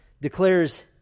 declares